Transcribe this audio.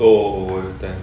oh that time